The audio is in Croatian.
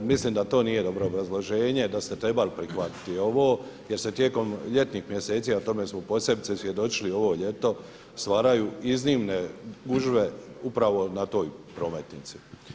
Mislim da to nije dobro obrazloženje, da ste trebali prihvatiti ovo jer se tijekom ljetnih mjeseci a tome smo posebice svjedočili ovo ljeto stvaraju iznimne gužve upravo na toj prometnici.